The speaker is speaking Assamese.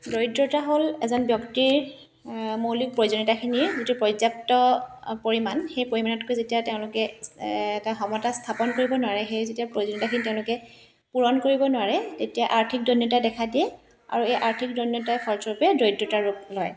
দৰিদ্ৰতা হ'ল এজন ব্যক্তিৰ মৌলিক প্ৰয়োজনীয়তাখিনি যিটো পৰ্যাপ্ত পৰিমাণ সেই পৰিমাণতকৈ যেতিয়া তেওঁলোকে এটা সমতা স্থাপন কৰিব নোৱাৰে সেই যেতিয়া প্ৰয়োজনীয়তাখিনি তেওঁলোকে পূৰণ কৰিব নোৱাৰে তেতিয়া আৰ্থিক দৈন্যতাই দেখা দিয়ে আৰু এই আৰ্থিক দৈন্যতাই ফলস্বৰূপে দৰিদ্ৰতাৰ ৰূপ লয়